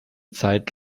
zeit